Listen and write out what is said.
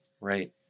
Right